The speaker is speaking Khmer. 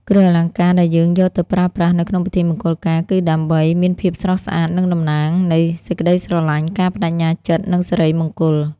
"គ្រឿងអលង្ការដែលយើងយកទៅប្រើប្រាស់នៅក្នុងពិធីមង្គលការគឺដើម្បីមានភាពស្រស់ស្អាត និង តំណាងនៃសេចក្ដីស្រឡាញ់ ការប្តេជ្ញាចិត្ត និង សិរីមង្គល។ "